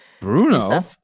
Bruno